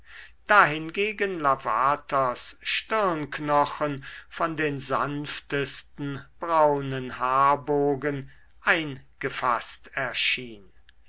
dahingegen lavaters stirnknochen von den sanftesten braunen haarbogen eingefaßt erschien